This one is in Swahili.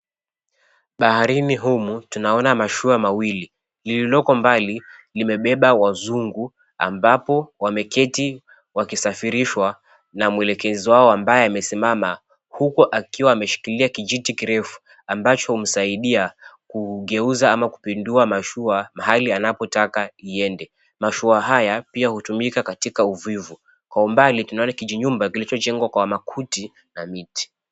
Baharini humu tunaona mashua mawili. Lililoko mbali limebeba wazungu ambapo wameketi wakisafirishwa na mwelekezi wao ambaye amesimama huku akiwa ameshikilia kijiti kirefu ambacho humsaidia kugeuza ama kupindua mashua mahali anapotaka iende. Mashua haya pia hutumika katika uvuvi. Kwa umbali tunaona kijinyumba kilichojengwa kwa makuti na miti.